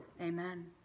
Amen